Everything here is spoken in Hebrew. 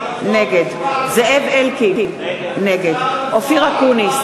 נגד זאב אלקין, נגד אופיר אקוניס,